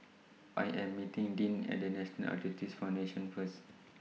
I Am meeting Dink At National Arthritis Foundation First